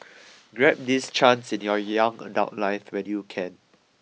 grab this chance in your young adult life when you can